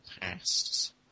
past